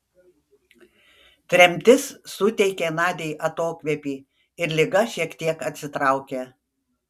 tremtis suteikė nadiai atokvėpį ir liga šiek tiek atsitraukė